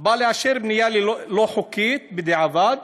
בא לאשר בנייה לא חוקית בדיעבד,